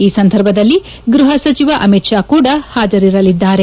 ಈ ಸಂದರ್ಭದಲ್ಲಿ ಗ್ವಹ ಸಚಿವ ಅಮಿತ್ ಶಾ ಕೂಡ ಹಾಜರಿರಲಿದ್ದಾರೆ